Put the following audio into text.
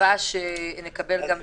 מקווה שנקבל גם תשובות.